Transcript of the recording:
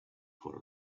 for